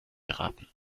geraten